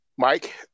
Mike